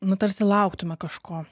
nu tarsi lauktume kažko